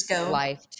life